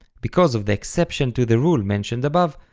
because of the exception to the rule mentioned above,